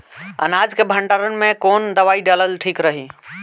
अनाज के भंडारन मैं कवन दवाई डालल ठीक रही?